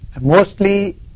Mostly